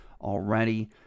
already